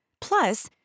Plus